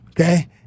Okay